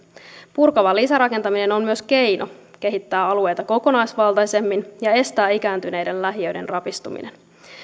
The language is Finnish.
purkava lisärakentaminen on myös keino kehittää alueita kokonaisvaltaisemmin ja estää ikääntyneiden lähiöiden rapistuminen